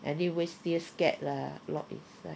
anyways still scared lah lock inside